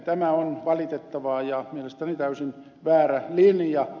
tämä on valitettavaa ja mielestäni täysin väärä linja